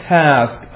task